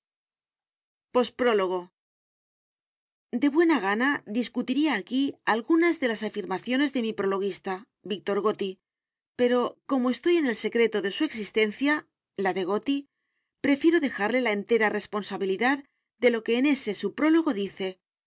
post prólogo de buena gana discutiría aquí alguna de las afirmaciones de mi prologuista víctor goti pero como estoy en el secreto de su existenciala de goti prefiero dejarle la entera responsabilidad de lo que en ese su prólogo dice